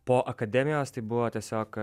po akademijos tai buvo tiesiog